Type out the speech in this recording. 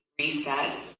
reset